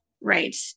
Right